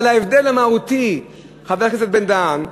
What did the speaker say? אבל ההבדל המהותי, חבר הכנסת בן-דהן,